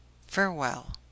farewell